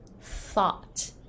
thought